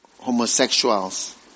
homosexuals